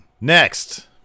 Next